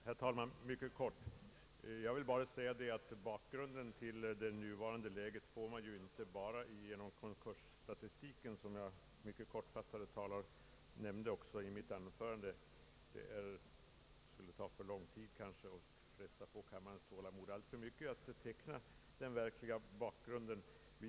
Herr talman! Jag skall fatta mig mycket kort. Bakgrunden till det nuvarande läget får man inte bara genom konkursstatistiken, som jag även framhöll i mitt förra anförande. Det skulle emellertid ta för lång tid och alltför mycket fresta på kammarens tålamod att teckna den verkliga bakgrunden.